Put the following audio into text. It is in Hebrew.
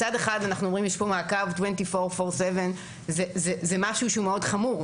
מצד אחד אנחנו אומרים שיש כאן מעקב 24/7 וזה משהו שהוא מאוד חמור,